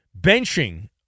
benching